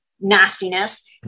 nastiness